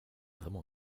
vraiment